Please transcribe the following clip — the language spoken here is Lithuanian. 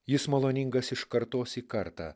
jis maloningas iš kartos į kartą